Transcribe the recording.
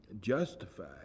justified